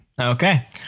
Okay